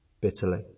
bitterly